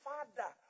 Father